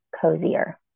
cozier